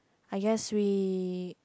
I guess we